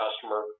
customer